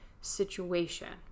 situation